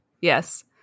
Yes